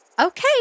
Okay